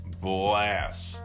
blast